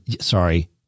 sorry